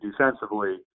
defensively